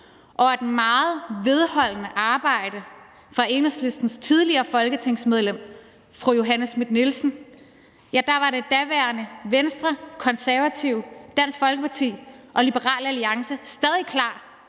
og et meget vedholdende arbejde af Enhedslistens tidligere folketingsmedlem fru Johanne Schmidt-Nielsen var Venstre, Konservative, Dansk Folkeparti og Liberal Alliance stadig klar